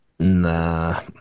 Nah